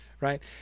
right